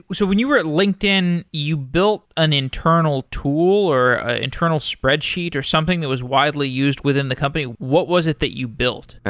so when you were at linkedin, you built an internal tool or an ah internal spreadsheet or something that was widely used within the company. what was it that you built?